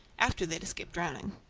after they had escaped drowning.